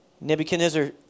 Nebuchadnezzar